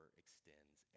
extends